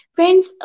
Friends